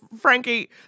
Frankie